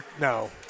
No